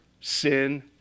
sin